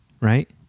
Right